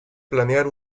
planear